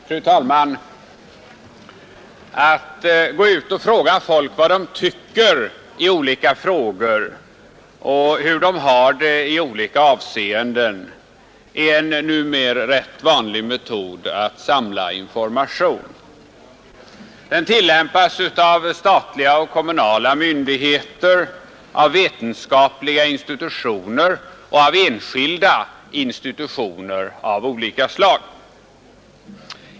Fru talman! Att gå ut och fråga folk vad de tycker i olika ämnen och hur de har det i olika avseenden är en numer rätt vanlig metod att samla information. Den tillämpas av statliga och kommunala myndigheter, av vetenskapliga institutioner och av enskilda organisationer av olika slag.